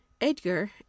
Edgar